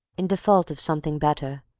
in default of something better,